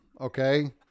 okay